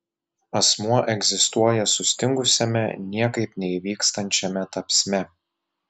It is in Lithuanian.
asmuo egzistuoja sustingusiame niekaip neįvykstančiame tapsme